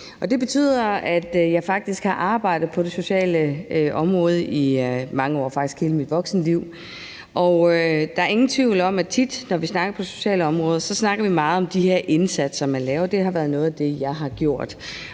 Det betyder, at jeg faktisk har arbejdet på det sociale område i mange år, faktisk hele mit voksenliv. Der er ingen tvivl om, at når vi snakker om socialområdet, snakker vi tit meget om de her indsatser, man laver. Det har været noget af det, jeg har gjort.